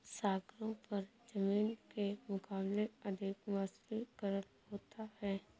सागरों पर जमीन के मुकाबले अधिक वाष्पीकरण होता है